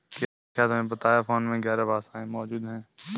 क्या तुम्हें पता है फोन पे ग्यारह भाषाओं में मौजूद है?